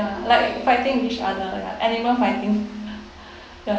like fighting with each other ya animal fighting